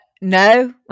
no